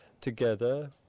together